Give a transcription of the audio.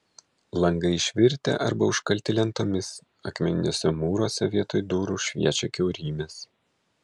langai išvirtę arba užkalti lentomis akmeniniuose mūruose vietoj durų šviečia kiaurymės